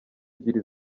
ebyiri